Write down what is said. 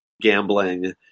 gambling